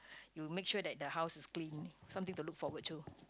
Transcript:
you make sure that the house is clean something to look forward to